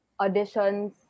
auditions